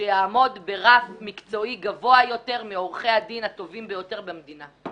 שיעמוד ברף מקצועי גבוה יותר מעורכי הדין הטובים ביותר במדינה?